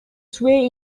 sway